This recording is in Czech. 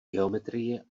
geometrii